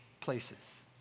places